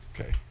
Okay